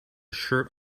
shirt